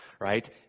right